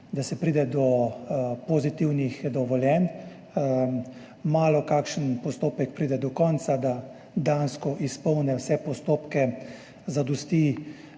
da se pride do pozitivnih dovoljenj. Malokateri postopek pride do konca, da dejansko izpolni vse postopke, zadosti